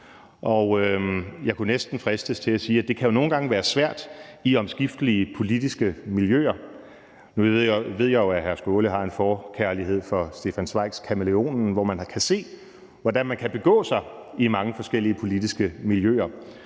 Jeg kunne næsten fristes til at sige, at det jo nogle gange kan være svært i omskiftelige politiske miljøer. Nu ved jeg jo, at hr. Sjúrður Skaale har en forkærlighed for Stefan Zweigs »Kamæleonen«, hvor man kan se, hvordan man kan begå sig i mange forskellige politiske miljøer.